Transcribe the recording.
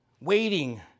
Waiting